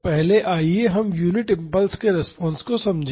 तो पहले आइए हम यूनिट इम्पल्स के रिस्पांस को समझें